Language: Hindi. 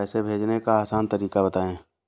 पैसे भेजने का आसान तरीका बताए?